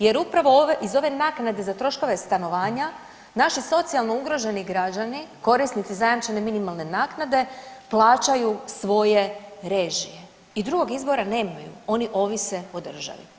Jer upravo iz ove naknade za troškove stanovanja naši socijalno ugroženi građani korisnici zajamčene minimalne naknade plaćaju svoje režije i drugog izbora nemaju, oni ovise o državi.